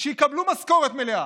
ושיקבלו משכורת מלאה,